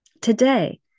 Today